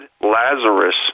Lazarus